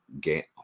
get